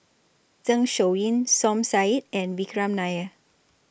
Zeng Shouyin Som Said and Vikram Nair